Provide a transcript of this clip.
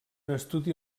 estudi